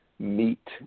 Meet